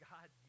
God